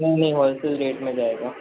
नहीं नहीं wholesale rate में जाएगा